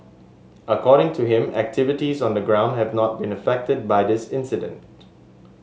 according to him activities on the ground have not been affected by this incident